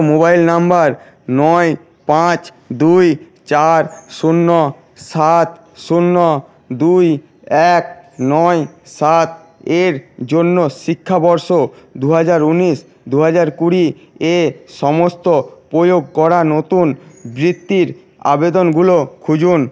mobile নম্বর নয় পাঁচ দুই চার শূন্য সাত শূন্য দুই এক নয় সাত এর জন্য শিক্ষাবর্ষ দুহাজার উনিশ দুহাজার কুড়ি এ সমস্ত প্রয়োগ করা নতুন বৃত্তির আবেদনগুলো খুঁজুন